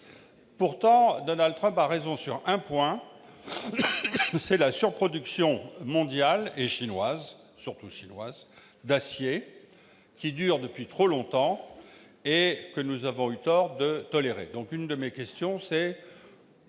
Pourtant, Donald Trump a raison sur un point : la surproduction mondiale et surtout chinoise d'acier dure depuis trop longtemps, et nous avons eu tort de le tolérer. L'une de mes questions est